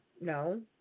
no